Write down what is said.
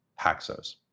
Paxos